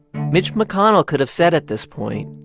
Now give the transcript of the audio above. mitch mcconnell could have said at this point,